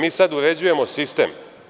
Mi sad uređujemo sistem.